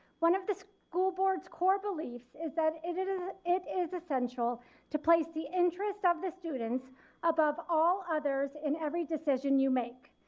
one of the school board's core belief is that it it ah is essential to place the interest of the students above all others in every decision you make.